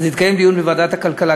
יתקיים דיון בוועדת הכלכלה,